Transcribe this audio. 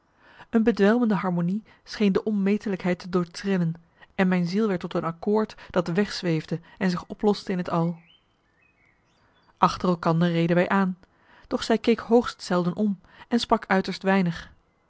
een bedwelmende harmonie scheen de onmetelijkheid te doortrillen en mijn ziel werd tot een akkoord dat wegzweefde en zich oploste in het al achter elkander reden wij aan doch zij keek hoogst zelden om en sprak uiterst weinig